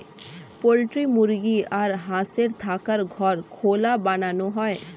poultry মুরগি আর হাঁসের থাকার ঘর খোলা বানানো হয়